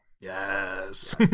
Yes